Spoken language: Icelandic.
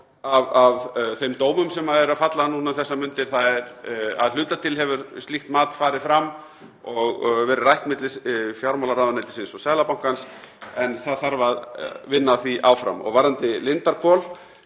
af þeim dómum sem eru að falla núna um þessar mundir. Að hluta til hefur slíkt mat farið fram og verið rætt milli fjármálaráðuneytisins og Seðlabankans en það þarf að vinna að því áfram. Og varðandi Lindarhvol,